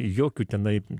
jokių tenai